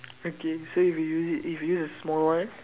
okay so if you use it if you use a small one